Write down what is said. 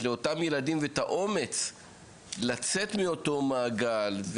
לאותם ילדים ואת האומץ לצאת מאותו מעגל,